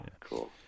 cool